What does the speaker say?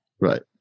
right